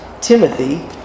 Timothy